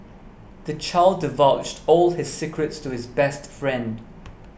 the child divulged all his secrets to his best friend